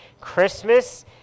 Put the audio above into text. Christmas